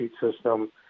system